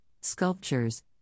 sculptures